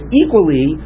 equally